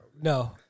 No